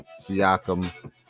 Siakam